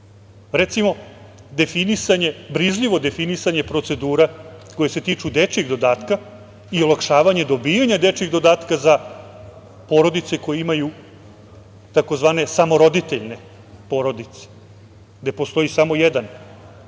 definisanje, brižljivo definisanje procedura koje se tiču dečije dodatka i olakšavanja dobijanja dečijeg dodatka za porodice koje imaju tzv. samoroditeljne porodice, gde postoji samo jedan roditelj.